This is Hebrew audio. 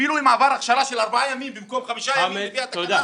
אפילו אם עבר הכשרה של ארבעה ימים במקום חמישה ימים הוא נפסל.